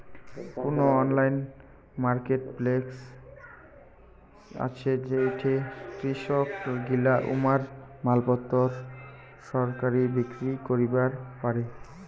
কুনো online marketplace আছে যেইঠে কৃষকগিলা উমার মালপত্তর সরাসরি বিক্রি করিবার পারে?